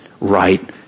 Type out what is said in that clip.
right